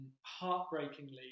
heartbreakingly